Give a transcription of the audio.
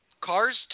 Cars